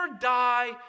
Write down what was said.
die